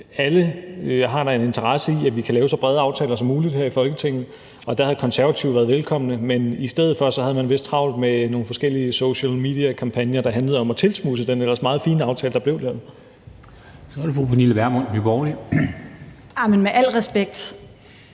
Alle har da en interesse i, at vi kan lave så brede aftaler som muligt her i Folketinget. Der havde Konservative været velkomne, men i stedet for havde man vist travlt med nogle forskellige social media-kampagner, der handlede om at tilsmudse den ellers meget fine aftale, der blev lavet. Kl. 15:31 Formanden (Henrik